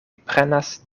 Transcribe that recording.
prenas